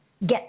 get